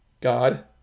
God